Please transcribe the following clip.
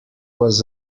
was